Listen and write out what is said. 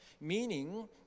meaning